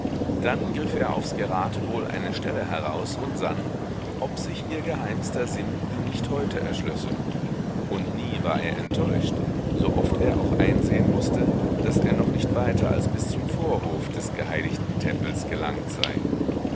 dann griff er aufs geratewohl eine stelle heraus und sann ob sich ihr geheimster sinn ihm nicht heute erschlösse und nie war er enttäuscht so oft er auch einsehen mußte daß er noch nicht weiter als bis zum vorhof des geheiligten tempels gelangt sei